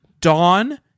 Dawn